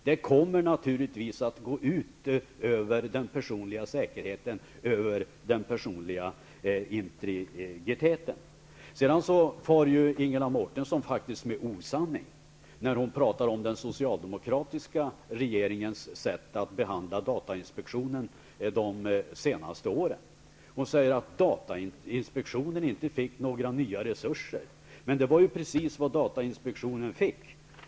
Det kommer naturligtvis att gå ut över den personliga säkerheten och den personliga integriteten. Ingela Mårtensson far faktiskt med osanning när hon talar om den socialdemokratiska regeringens sätt att behandla datainspektionen de senaste åren. Hon säger att datainspektionen inte fick några nya resurser. Men det var precis vad datainspektionen fick.